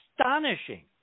astonishing